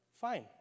fine